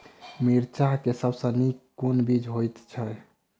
मिर्चा मे सबसँ नीक केँ बीज होइत छै?